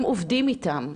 והם עובדים איתם,